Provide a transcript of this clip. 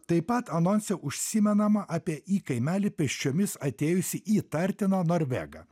taip pat anonse užsimenama apie į kaimelį pėsčiomis atėjusį įtartiną norvegą